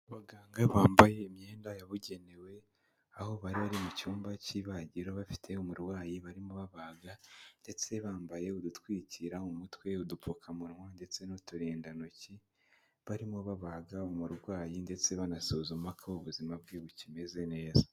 Abaganga bambaye imyenda yabugenewe aho bari bari mu cyumba cy'ibagiro, bafite umurwayi barimo babaga, ndetse bambaye udutwikira mu umutwe, udupfukamunwa ndetse n'uturindantoki, barimo babaga umurwayi ndetse banasuzuma ko ubuzima bwe bukimeze neza.